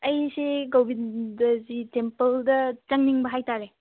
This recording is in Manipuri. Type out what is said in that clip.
ꯑꯩꯁꯦ ꯒꯣꯕꯤꯟꯗꯖꯤ ꯇꯦꯝꯄꯜꯗ ꯆꯪꯅꯤꯡꯕ ꯍꯥꯏꯇꯔꯦ